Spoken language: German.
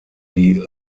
die